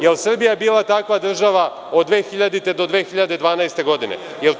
Jel Srbija bila takva država od 2000. do 2012. godine?